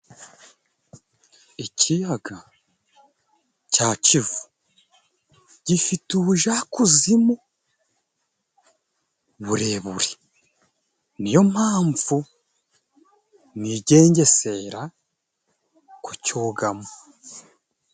Ikiyaga cya Kivu gifite ubujakuzimu burebure, niyo mpamvu nigengesera kucyogamo.